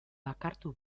bakartu